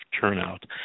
turnout